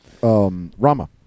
Rama